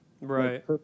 Right